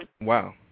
Wow